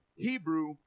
Hebrew